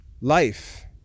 life